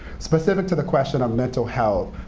specific to the question of mental health,